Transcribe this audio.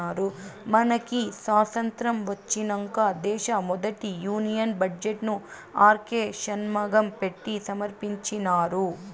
మనకి సాతంత్రం ఒచ్చినంక దేశ మొదటి యూనియన్ బడ్జెట్ ను ఆర్కే షన్మగం పెట్టి సమర్పించినారు